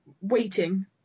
waiting